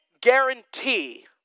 guarantee